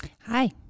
Hi